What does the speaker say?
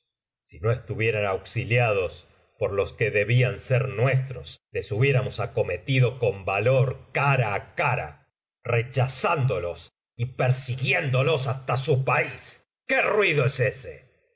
si no estuvieran auxiliados por los que debían ser nuestros les hubiéramos acometido con valor cara á cara rechazándolosypersiguiéndoloshasta su país qué ruido es ese